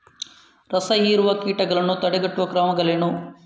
ರಸಹೀರುವ ಕೀಟಗಳನ್ನು ತಡೆಗಟ್ಟುವ ಕ್ರಮಗಳೇನು?